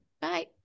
Bye